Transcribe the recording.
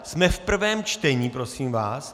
Jsme v prvém čtení, prosím vás.